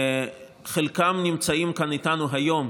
וחלקם נמצאים כאן איתנו היום,